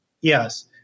Yes